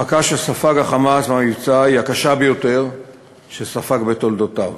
המכה שספג ה"חמאס" במבצע היא הקשה ביותר שספג בתולדותיו.